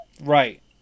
Right